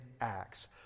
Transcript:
Acts